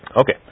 Okay